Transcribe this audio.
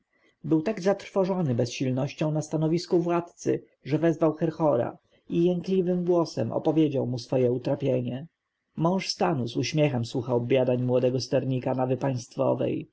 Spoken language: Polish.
był tak zatrwożony bezsilnością na stanowisku władcy że wezwał herhora i jękliwym głosem opowiedział mu swoje utrapienie mąż stanu z uśmiechem słuchał biadań młodego sternika nawy państwowej